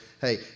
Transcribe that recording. hey